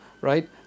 right